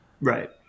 right